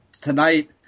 tonight